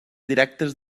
directes